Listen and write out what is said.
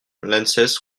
l’anses